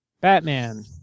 Batman